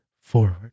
forward